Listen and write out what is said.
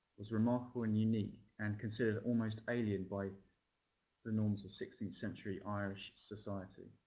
was remarkable and unique and considered almost alien by the norms of sixteenth century irish society.